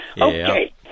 Okay